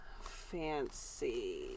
fancy